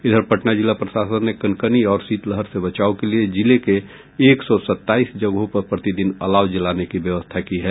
इधर पटना जिला प्रशासन ने कनकनी और शीतलहर से बचाव के लिये जिले के एक सौ सत्ताईस जगहों पर प्रतिदिन अलाव जलाने की व्यवस्था की है